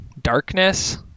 Darkness